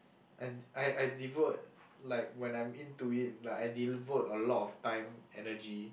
I I I devote like when I'm into it like I devote a lot of time energy